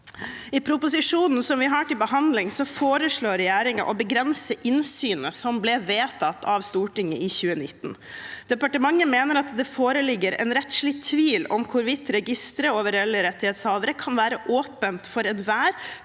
I proposisjonen som vi har til behandling, foreslår regjeringen å begrense innsynet som ble vedtatt av Stortinget i 2019. Departementet mener at det foreligger en rettslig tvil om hvorvidt registeret over reelle rettighetshavere kan være åpent for enhver,